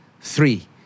Three